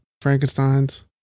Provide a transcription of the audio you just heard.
Frankenstein's